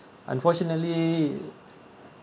unfortunately